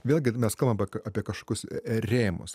vėlgi mes kalbam ap apie kažkokius rėmus